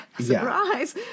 Surprise